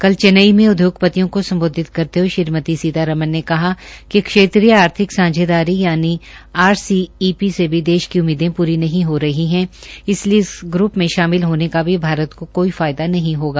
कल चन्नेई में उदयोगपतियों को सम्बोधित करते हये श्रीमती सीतारमन ने कहा कि क्षेत्रीय आर्थिक सांझेदारी यानि आर सी ई पी से भी देश की उम्मीदे पूरी नहीं हो रही है इसलिए इस ग्र्प में शामिल होने का भी भारत को कोई फायदा नहीं होगा